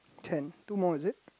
ten two more is it